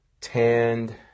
tanned